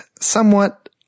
somewhat